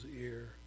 ear